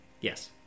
Yes